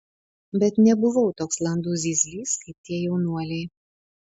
bet nebuvau toks landus zyzlys kaip tie jaunuoliai